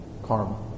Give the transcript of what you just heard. karma